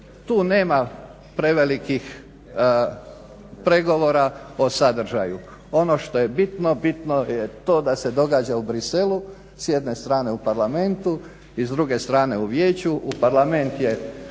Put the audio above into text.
Tu nema prevelikih pregovora o sadržaju. Ono što je bitno, bitno je to da se događa u Bruxellesu, s jedne strane u Parlamentu i s druge strane u Vijeću. Parlament je